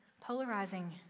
polarizing